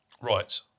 Right